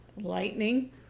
Lightning